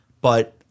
But-